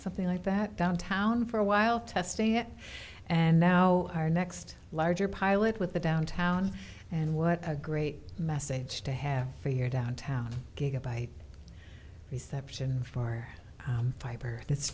something like that downtown for a while testing it and now our next larger pilot with the downtown and what a great message to have for your downtown gigabyte reception for